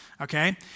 okay